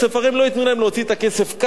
הרי אם לא ייתנו להם להוציא את הכסף כך,